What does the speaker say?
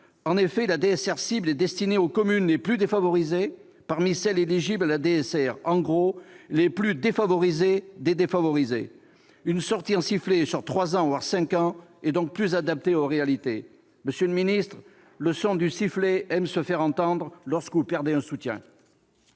En effet, la DSR « cible » est destinée aux communes les plus défavorisées parmi celles qui sont éligibles à la DSR- en somme, les plus défavorisées des défavorisées. Une sortie en sifflet sur trois ans, voire cinq ans, est donc plus adaptée aux réalités. Monsieur le ministre, le son du sifflet aime se faire entendre lorsque vous perdez un soutien